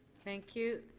thank you.